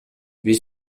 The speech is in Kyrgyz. биз